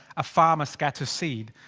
a farmer scatters seed.